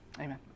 amen